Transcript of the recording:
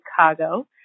Chicago